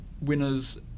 winners